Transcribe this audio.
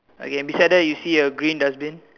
okay beside there you see a green dustbin